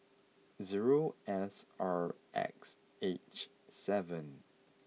zero S R X H seven